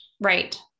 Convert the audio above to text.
Right